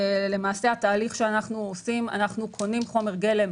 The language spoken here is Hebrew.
למעשה, היום אנחנו קונים את חומר הגלם,